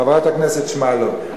חברת הכנסת שמאלוב.